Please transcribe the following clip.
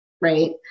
Right